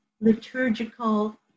liturgical